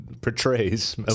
portrays